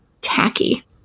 tacky